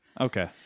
Okay